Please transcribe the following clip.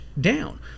down